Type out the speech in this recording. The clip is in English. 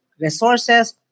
resources